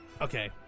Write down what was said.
Okay